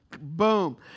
Boom